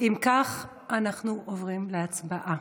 אם כך, אנחנו עוברים להצבעה.